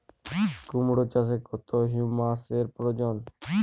কুড়মো চাষে কত হিউমাসের প্রয়োজন?